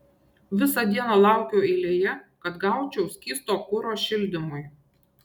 visą dieną laukiau eilėje kad gaučiau skysto kuro šildymui